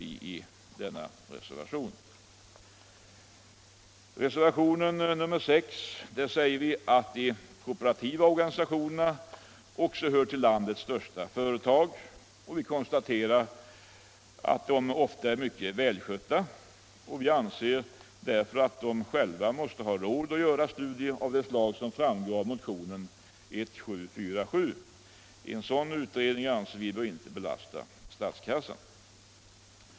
I reservation nr 6 säger vi att de kooperativa organisationerna också hör till landets största företag. Vi konstaterar att de ofta är mycket välskötta. Vi anser därför att de själva måste ha råd att göra studier av det slag som framgår av motionen 1747. En sådan utredning bör inte belasta statskassan.